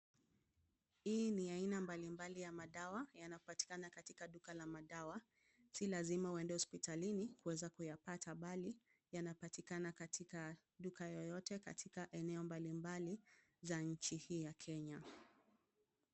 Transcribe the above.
Hii ni aina mbalimbali ya madawa yanapatikana katika duka la madawa. Si lazima uende hospitalini kuweza kuyapata bali yanapatikana katika duka yoyote katika eneo mbalimbali za nchi hii ya Kenya.